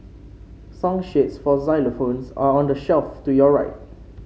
song sheets for xylophones are on the shelf to your right